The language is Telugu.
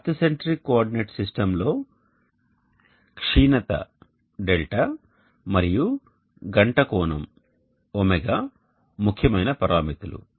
ఎర్త్ సెంట్రిక్ కోఆర్డినేట్ సిస్టమ్ లో క్షీణత δ మరియు గంట కోణం ω ముఖ్యమైన పరామితులు